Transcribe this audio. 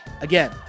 Again